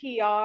pr